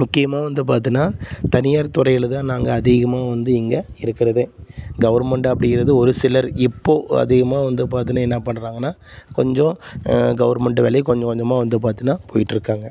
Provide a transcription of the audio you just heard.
முக்கியமாக வந்து பார்த்தீன்னா தனியார் துறையில் தான் நாங்கள் அதிகமாக வந்து இங்கே இருக்கிறதே கவர்மெண்ட் அப்படிங்கிறது வந்து ஒரு சிலர் இப்போது அதிகமாக வந்து பார்த்தீன்னா என்ன பண்ணுறாங்கன்னா கொஞ்சம் கவர்மெண்ட் வேலைக்கு கொஞ்சம் கொஞ்சமாக வந்து பார்த்தீன்னா போயிட்டிருக்காங்க